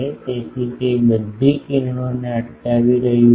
તેથી તે બધી કિરણોને અટકાવી રહ્યું નથી